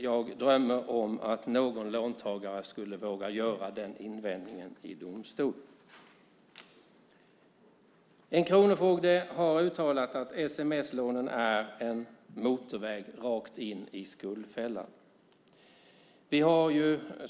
Jag drömmer om att någon låntagare vågar göra en invändning i domstol. En kronofogde har uttalat att sms-lånen är en motorväg rakt in i skuldfällan.